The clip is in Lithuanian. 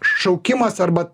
šaukimas arba